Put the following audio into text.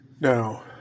Now